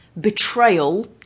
betrayal